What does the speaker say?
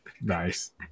Nice